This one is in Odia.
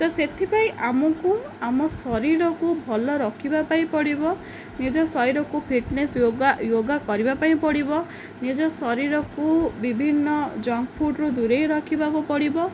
ତ ସେଥିପାଇଁ ଆମକୁ ଆମ ଶରୀରକୁ ଭଲ ରଖିବା ପାଇଁ ପଡ଼ିବ ନିଜ ଶରୀରକୁ ଫିଟନେସ୍ ୟୋଗା କରିବା ପାଇଁ ପଡ଼ିବ ନିଜ ଶରୀରକୁ ବିଭିନ୍ନ ଜଙ୍କ ଫୁଡ଼୍ରୁ ଦୂରେଇ ରଖିବାକୁ ପଡ଼ିବ